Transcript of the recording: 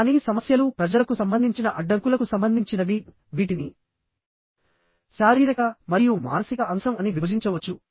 కానీ సమస్యలు ప్రజలకు సంబంధించిన అడ్డంకులకు సంబంధించినవి వీటిని శారీరక మరియు మానసిక అంశం అని విభజించవచ్చు